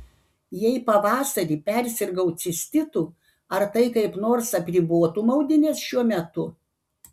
jei pavasarį persirgau cistitu ar tai kaip nors apribotų maudynes šiuo metu